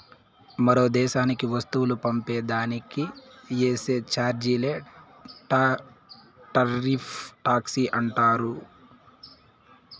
మరో దేశానికి వస్తువులు పంపే దానికి ఏసే చార్జీలే టార్రిఫ్ టాక్స్ అంటా ఉండారు